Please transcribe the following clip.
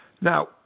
now